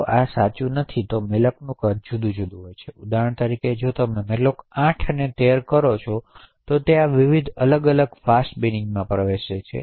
જો કે આ સાચું નથી જો મેલોકનાં કદ જુદા હોય ઉદાહરણ તરીકે જો તમે મેલોક 8 અને મેલોક 13 કરો છો તો આ વિવિધ ફાસ્ટ બિનિંગમાં પ્રવેશે છે